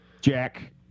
Jack